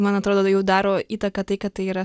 man atrodo jau daro įtaką tai kad tai yra